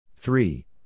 Three